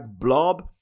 blob